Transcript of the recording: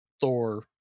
Thor